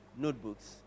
Notebooks